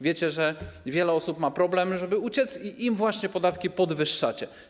Wiecie, że wiele osób ma problemy, żeby uciec, i im właśnie podatki podwyższacie.